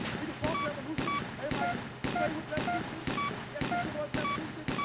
we can talk revolution. everybody can play with revolution and gesture towards revolution.